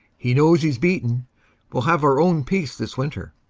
he knows he s beaten we ll have our own peace this winter,